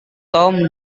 tom